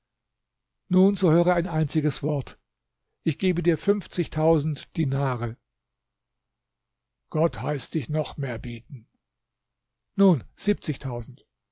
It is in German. nun so höre ein einziges wort ich gebe dir fünfzigtausend dinare gott heißt dich noch mehr bieten nun siebzigtausend